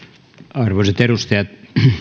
arvoisat edustajat